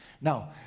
Now